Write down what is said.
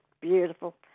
beautiful